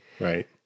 Right